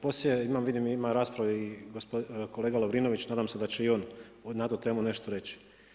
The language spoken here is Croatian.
Poslije vidim ima raspravu i kolega Lovrinović, nadam se da će i on na tu temu nešto reći.